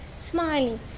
smiling